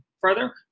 further